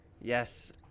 Yes